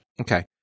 Okay